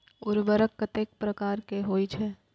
उर्वरक कतेक प्रकार के होई छै?